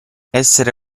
essere